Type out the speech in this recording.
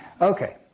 Okay